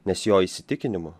nes jo įsitikinimu